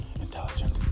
intelligent